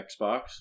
Xbox